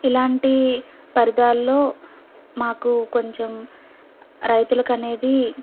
ఇలాంటి పరిదాలో మాకు కొంచెం రైతులకనేది